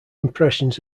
impressions